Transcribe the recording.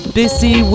busy